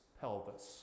pelvis